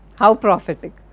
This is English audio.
how prophetic!